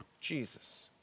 Jesus